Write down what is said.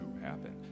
happen